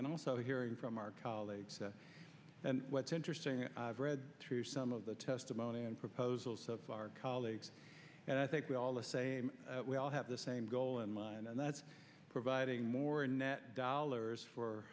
and also hearing from our colleagues and what's interesting is i've read through some of the testimony and proposals so far colleagues and i think we all the same we all have the same goal in mind and that's providing more net dollars for